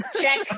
Check